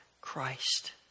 Christ